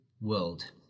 world